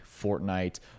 Fortnite